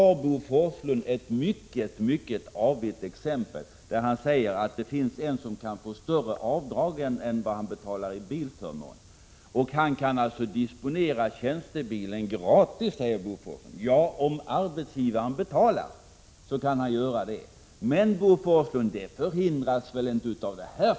Bo Forslund tar ett mycket avigt exempel. Han säger att någon kan få större avdrag än vad vederbörande betalar för bilförmåner. Han kan alltså disponera tjänstebilen gratis, säger Bo Forslund. Ja, om arbetsgivaren betalar. Men, Bo Forslund, det här förslaget förhindrar inte detta i alla fall.